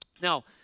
Now